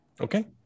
okay